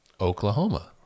Oklahoma